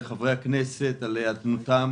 לחברי הכנסת על היענותם,